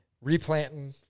replanting